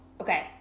Okay